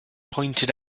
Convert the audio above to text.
pointed